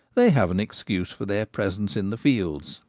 they have an excuse for their presence in the fields,